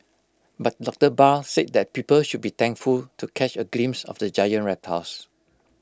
but doctor Barr said that people should be thankful to catch A glimpse of the giant reptiles